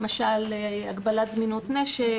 למשל הגבלת זמינות נשק,